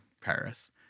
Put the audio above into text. Paris